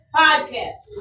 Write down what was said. podcast